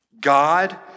God